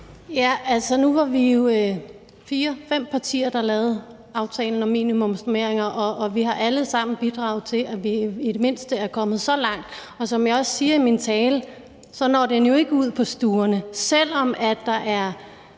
(ALT): Nu var vi jo fire-fem partier, der lavede aftalen om minimumsnormeringer, og vi har alle sammen bidraget til, at vi i det mindste er kommet så langt. Og som jeg også siger i min tale, når det er jo ikke ud på stuerne, selv om der er